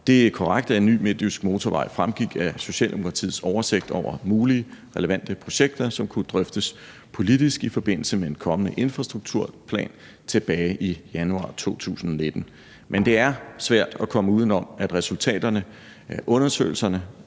er korrekt, at en ny midtjysk motorvej fremgik af Socialdemokratiets oversigt over mulige relevante projekter, som kunne drøftes politisk i forbindelse med en kommende infrastrukturplan, tilbage i januar 2019. Men det er svært at komme uden om, at resultaterne af undersøgelserne